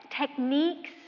techniques